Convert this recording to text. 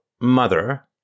mother